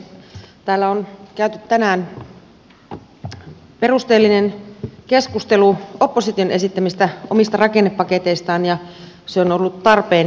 täällä on käyty tänään perusteellinen keskustelu opposition esittämistä omista rakennepaketeistaan ja se on ollut tarpeen